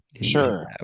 Sure